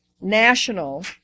national